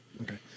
Okay